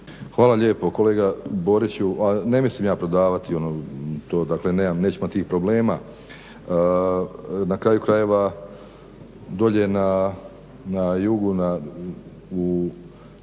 Hvala lijepo, kolega Boriću ne mislim ja ono prodavati, to neću imat tih problema. Na kraju krajeva dolje na jugu u